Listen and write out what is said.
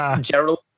Gerald